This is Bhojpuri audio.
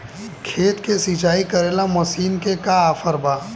खेत के सिंचाई करेला मशीन के का ऑफर बा?